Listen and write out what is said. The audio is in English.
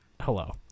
hello